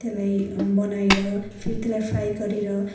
त्यसलाई बनाएर फेरि त्यसलाई फ्राई गरेर